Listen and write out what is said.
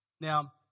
Now